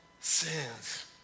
sins